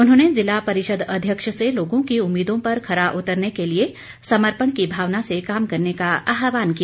उन्होंने जिला परिषद अध्यक्ष से लोगों की उम्मीदों पर खरा उतरने के लिए समर्पण की भावना से काम करने का आहवान किया